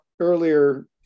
earlier